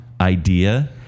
idea